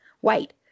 white